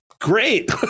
great